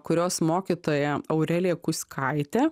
kurios mokytoja aurelija kuzkaitė